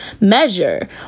measure